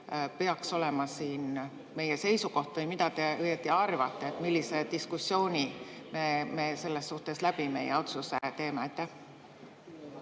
peaks olema siin meie seisukoht? Või mida te õieti arvate, millise diskussiooni me selles suhtes läbi meie otsuse teeme?